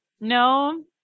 no